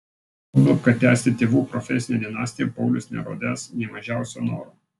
juolab kad tęsti tėvų profesinę dinastiją paulius nerodęs nė mažiausio noro